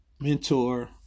Mentor